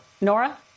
Nora